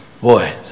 Boy